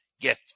Get